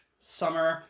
summer